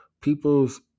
people's